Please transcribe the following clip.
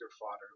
fodder